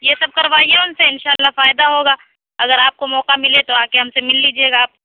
یہ سب کروایئے اُن سے اِنشاء اللہ فائدہ ہوگا اگر آپ کو موقع مِلے تو آ کے ہم سے مِل لیجیے گا آپ